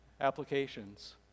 applications